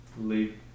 leave